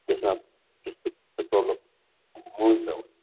त्यसमा त्यस्तो केही प्रोब्लेम हुन्छ हुन्छ